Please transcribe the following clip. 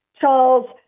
Charles